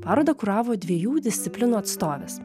parodą kuravo dviejų disciplinų atstovės